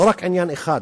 לא רק עניין אחד: